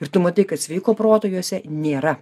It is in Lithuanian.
ir tu matai kad sveiko proto juose nėra